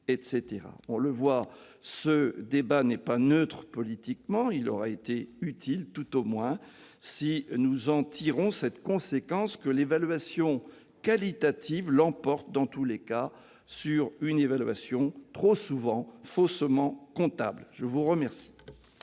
On le voit, ce débat n'est pas neutre politiquement. Il aura été utile, tout au moins si nous en tirons cette conséquence que l'évaluation qualitative doit l'emporter dans tous les cas sur une évaluation trop souvent faussement comptable ! La parole